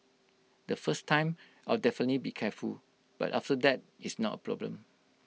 the first time I'll definitely be careful but after that it's not A problem